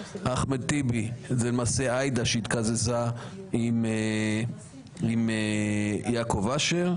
אחמד טיבי זה למעשה עאידה, שהתקזזה עם יעקב אשר.